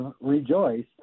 rejoice